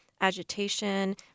agitation